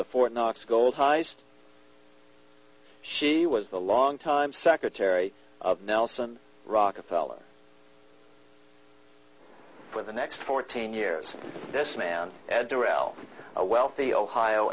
the fort knox gold heist she was the long time secretary of nelson rockefeller for the next fourteen years this man darrelle a wealthy ohio